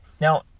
Now